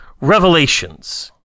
Revelations